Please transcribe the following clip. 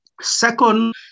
Second